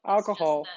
Alcohol